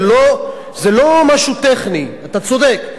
זה לא משהו טכני, אתה צודק.